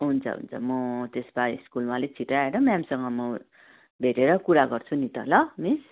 हुन्छ हुन्छ म त्यसो भए स्कुलमा अलिक छिट्टै आएर म्यामसँग म भेटेर कुरा गर्छु नि त ल मिस